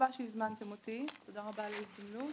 שהזמנתם אותי, תודה רבה על ההזדמנות.